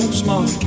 smart